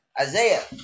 Isaiah